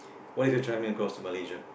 what if you're across to Malaysia